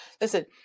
Listen